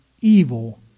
evil